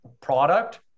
product